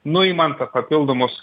nuimant papildomus